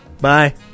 Bye